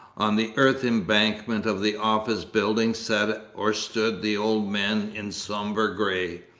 on the earth-embankment of the office-building sat or stood the old men in sober grey,